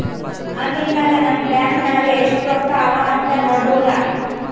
online ನಾಗ್ ನಮ್ bank ನಾಗ್ ಎಸ್ಟ್ ರೊಕ್ಕಾ ಅವಾ ಅಂತ್ ನೋಡ್ಬೋದ